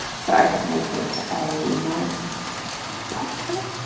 so i can make it a nice white colour